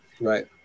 Right